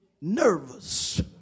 nervous